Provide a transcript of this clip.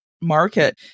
market